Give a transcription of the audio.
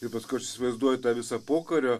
ir paskui aš įsivaizduoju tą visą pokario